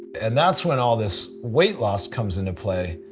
and that's when all this weight loss comes into play